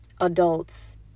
adults